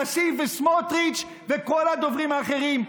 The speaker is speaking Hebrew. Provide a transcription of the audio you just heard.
כסיף וסמוטריץ' וכל הדוברים האחרים.